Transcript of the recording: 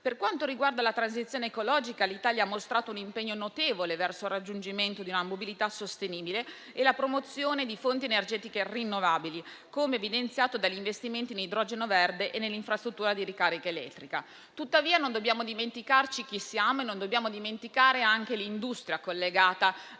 Per quanto riguarda la transizione ecologica, l'Italia ha mostrato un impegno notevole verso il raggiungimento di una mobilità sostenibile e la promozione di fonti energetiche rinnovabili, come evidenziato dagli investimenti in idrogeno verde e nell'infrastruttura di ricarica elettrica. Tuttavia, non dobbiamo dimenticarci chi siamo e non dobbiamo dimenticare che tutto il